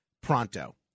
pronto